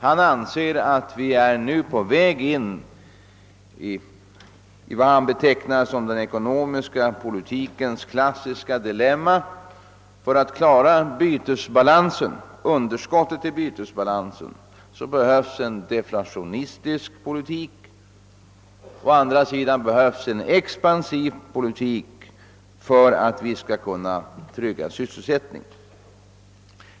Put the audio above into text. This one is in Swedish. Han anser att vi nu är på väg in i vad han betecknar som den ekonomiska politikens klassiska dilemma; för att klara underskottet i bytesbalansen behövs det en deflationistisk politik, men å andra sidan behövs det en expänsiv politik för att vi skall kunna trygga sysselsättningen.